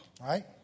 Right